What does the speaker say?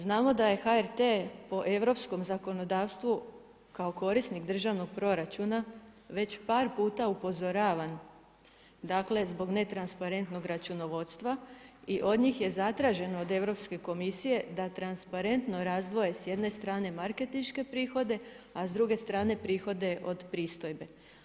Znamo da je HRT po europskom zakonodavstvu kao korisnik državnog proračuna već par puta upozoravan zbog netransparentnog računovodstva i od njih je zatraženo od Europske komisije da transparentno razvoje s jedne strane marketinške prihode, a s druge strane prihode od pristojbe.